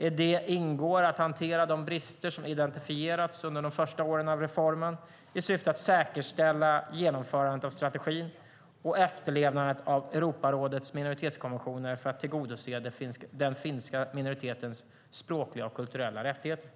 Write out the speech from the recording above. I det ingår att hantera de brister som identifierats under de första åren av reformen i syfte att säkerställa genomförandet av strategin och efterlevnaden av Europarådets minoritetskonventioner för att tillgodose den finska minoritetens språkliga och kulturella rättigheter.